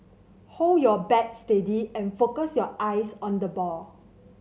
hold your bat steady and focus your eyes on the ball